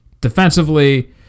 Defensively